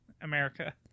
America